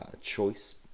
choice